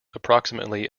approximately